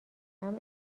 امن